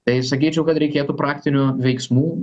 tai sakyčiau kad reikėtų praktinių veiksmų